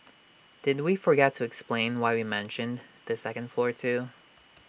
did we forget to explain why we mentioned the second floor too